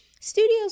studios